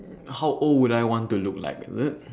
how old would I want to look like is it